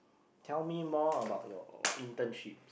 tell me more about your internship